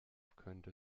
könnte